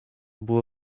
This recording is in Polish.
było